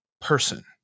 person